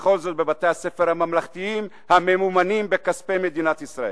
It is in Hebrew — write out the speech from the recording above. וכל זאת בבתי-הספר הממלכתיים הממומנים בכספי מדינת ישראל.